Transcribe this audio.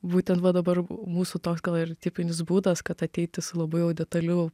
būten va dabar mūsų toks gal ir tipinis būdas kad ateiti su labai jau detaliu